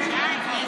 די.